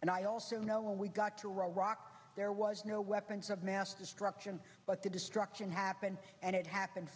and i also know when we got to iraq there was no weapons of mass destruction but the destruction happened and it happened